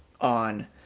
on